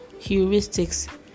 heuristics